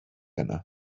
yna